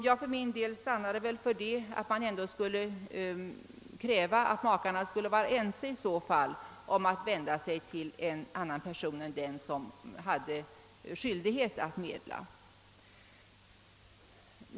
Jag stannade för att man måste kräva att makarna under alla förhållanden skulle vara ense om att vända sig till annan person än den som hade skyldighet att medla.